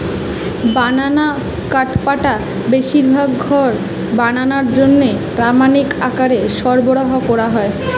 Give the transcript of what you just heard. বানানা কাঠপাটা বেশিরভাগ ঘর বানানার জন্যে প্রামাণিক আকারে সরবরাহ কোরা হয়